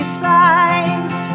signs